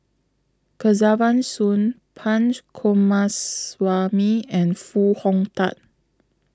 Kesavan Soon Punch Coomaraswamy and Foo Hong Tatt